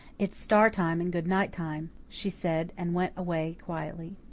it's star time and good-night time, she said, and went away quietly.